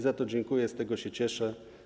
Za to dziękuję, z tego się cieszę.